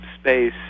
space